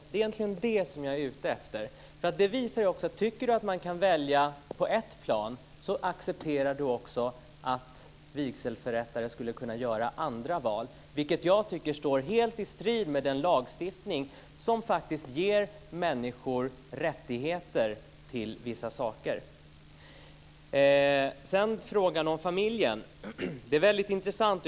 Det är egentligen det som jag är ute efter. Om man tycker att man kan välja på ett plan accepterar man också att vigselförrättare skulle kunna göra andra val, vilket jag tycker står helt i strid med den lagstiftning som ger människor rättigheter till vissa saker. Sedan har vi frågan om familjen. Den är mycket intressant.